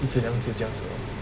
一次两次这样子 lor